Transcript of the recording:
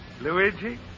Luigi